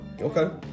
Okay